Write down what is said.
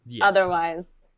Otherwise